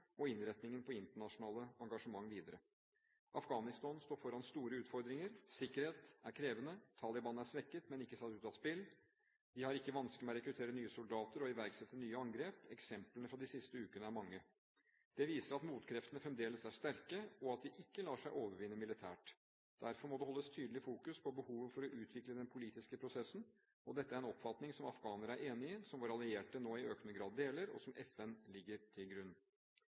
og innretningen på internasjonalt engasjement videre. Afghanistan står foran store utfordringer. Sikkerhet er krevende. Taliban er svekket, men ikke satt ut av spill. De har ikke vanskeligheter med å rekruttere nye soldater og iverksette nye angrep, eksemplene fra de siste ukene er mange. Det viser at motkreftene fremdeles er sterke, og at de ikke lar seg overvinne militært. Derfor må det holdes tydelig fokus på behovet for å utvikle den politiske prosessen, og dette er en oppfatning som afghanere er enige i, som våre allierte nå i økende grad deler og som FN legger til grunn.